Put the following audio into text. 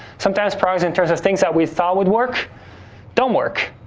sometimes progress in terms of things that we thought would work don't work,